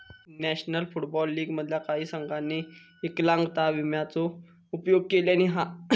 national Football League मधल्या काही संघांनी विकलांगता विम्याचो उपयोग केल्यानी हा